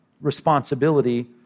responsibility